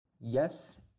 Yes